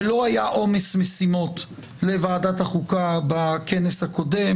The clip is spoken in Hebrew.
ולא היה עומס משימות לוועדת החוקה בכנסת הקודם